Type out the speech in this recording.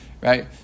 right